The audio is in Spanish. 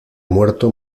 muerto